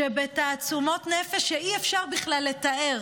שבתעצומות נפש שאי-אפשר לתאר